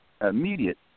immediate